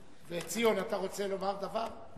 ציון, אתה רוצה לומר דבר?